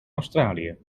australië